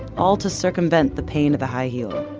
all to circumvent the pain of a high heel